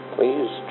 Please